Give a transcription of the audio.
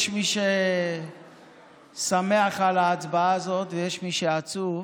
יש מי ששמח על ההצבעה הזאת ויש מי שעצוב,